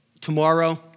tomorrow